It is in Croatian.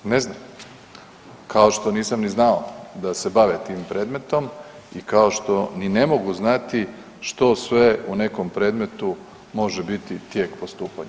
Ne znam, kao što nisam ni znao da se bave tim predmetom i kao što ni ne mogu znati što sve u nekom predmetu može biti tijek postupanja.